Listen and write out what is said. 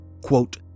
quote